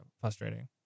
frustrating